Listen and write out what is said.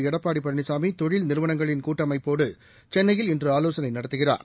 எடப்பாடி பழனிசாமி தொழில் நிறுவனங்களின் கூட்டமைப்போடு சென்னையில் இன்று ஆவோசனை நடத்துகிறா்